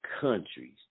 countries